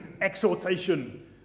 exhortation